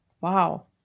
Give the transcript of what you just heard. Wow